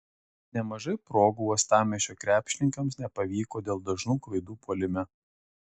nemažai progų uostamiesčio krepšininkams nepavyko dėl dažnų klaidų puolime